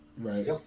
Right